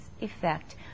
effect